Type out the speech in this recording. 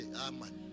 amen